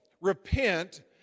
repent